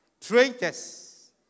traitors